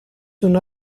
una